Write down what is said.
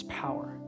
power